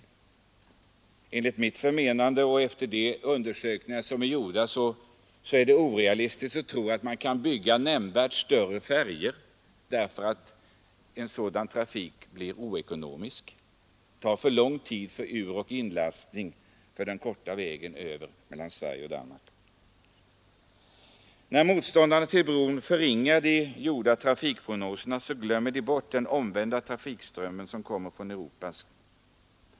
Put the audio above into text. Enligt mitt förmenande är det efter de undersökningar som gjorts orealistiskt att tro att man kan bygga nämnvärt större färjor. En trafik med sådana blir oekonomisk: det åtgår för lång tid för ioch urlastning med hänsyn till den korta vägen mellan Sverige och Danmark. När motståndarna till bron förringar de gjorda trafikprognoserna glömmer de bort den omvända trafikströmmen, den från övriga Europa till Sverige.